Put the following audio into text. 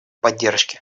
поддержке